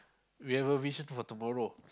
we have a vision for tomorrow